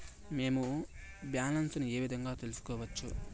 మేము బ్యాలెన్స్ ఏ విధంగా తెలుసుకోవచ్చు?